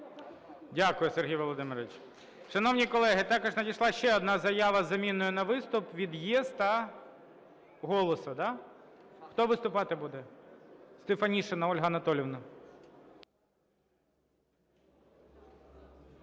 Дякую, Сергій Володимирович. Шановні колеги, також надійшла ще одна заява з заміною на виступ від "ЄС" та "Голосу". Хто виступати буде? Стефанишина Ольга Анатоліївна.